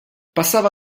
passava